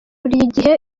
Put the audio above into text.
igihe